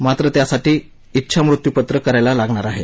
मात्र त्यासाठी डेछामृत्यूपत्र करायला लागणार आहे